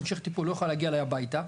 המשך טיפול לא יכולה להגיע אליי הביתה,